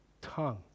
tongue